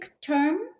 term